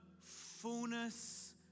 fullness